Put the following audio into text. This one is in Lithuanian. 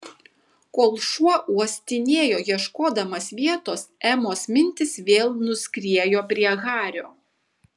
kol šuo uostinėjo ieškodamas vietos emos mintys vėl nuskriejo prie hario